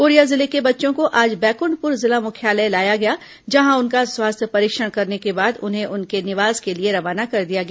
Korea जिले के बच्चों को आज बैकुंठपुर जिला मुख्यालय लाया गया जहां उनका स्वास्थ्य परीक्षण करने के बाद उन्हें उनके निवास के लिए रवाना कर दिया गया